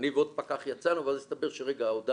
אני ועוד פקח יצאנו ואז הסתבר שההודעה